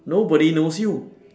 nobody knows you